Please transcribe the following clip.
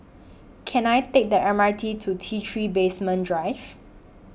Can I Take The M R T to T three Basement Drive